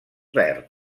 verd